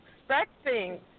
expecting